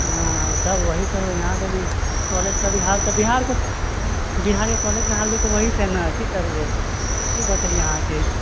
हँ तब वहि तऽ यहाँके भी कॉलेजके भी हाल तऽ बिहार बिहारके कॉलेजके हाल भी तऽ वहि छै ने कि करियै कि बतेइए अहाँके